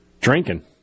Drinking